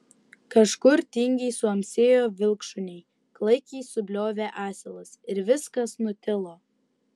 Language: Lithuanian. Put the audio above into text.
kažkur tingiai suamsėjo vilkšuniai klaikiai subliovė asilas ir viskas nutilo